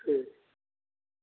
ठीक